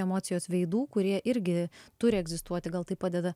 emocijos veidų kurie irgi turi egzistuoti gal tai padeda